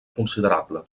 considerable